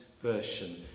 version